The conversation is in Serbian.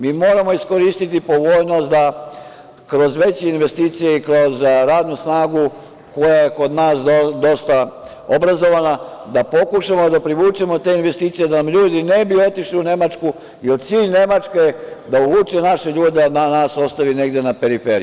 Mi moramo iskoristiti povoljnost da kroz veće investicije i kroz radnu snagu koja je kod nas dosta obrazovana, da pokušamo da privučemo te investicije, da nam ljudi ne bi otišli u Nemački, jer cilj Nemačke je da odvuče naše ljude, a da nas ostavi negde na periferiji.